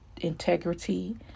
integrity